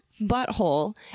butthole